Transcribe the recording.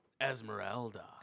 Esmeralda